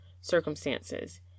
circumstances